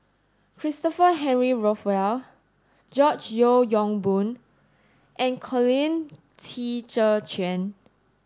Christopher Henry Rothwell George Yeo Yong Boon and Colin Qi Zhe Quan